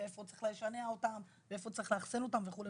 ואיפה צריך לשנע אותם ואיפה צריך לאחסן אותם וכו',